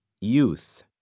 youth